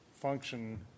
function